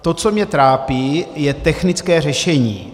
To, co mě trápí, je technické řešení.